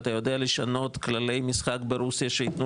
ואתה יודע לשנות כללי משחק ברוסיה שייתנו